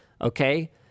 okay